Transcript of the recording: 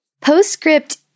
Postscript